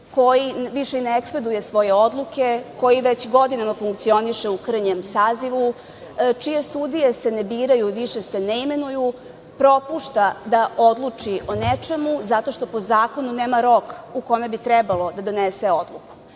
koji više i ne ekspeduje svoje odluke, koji već godinama funkcioniše u krnjem sazivu, čije sudije se ne biraju i više se ne imenuju, propušta da odluči o nečemu zato što po zakonu nema rok u kome bi trebalo da donese odluku. Bojim